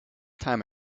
time